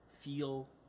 feel